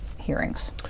hearings